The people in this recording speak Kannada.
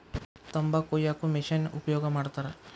ತಂಬಾಕ ಕೊಯ್ಯಾಕು ಮಿಶೆನ್ ಉಪಯೋಗ ಮಾಡತಾರ